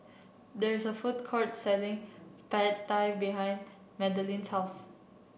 there is a food courts selling Pad Thai behind Madelynn's house